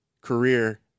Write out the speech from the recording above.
career